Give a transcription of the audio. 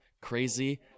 crazy